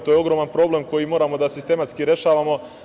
To je ogroman problem koji moramo da sistematski rešavamo.